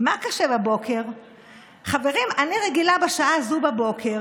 חברת הכנסת וולדיגר,